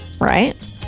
right